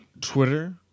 Twitter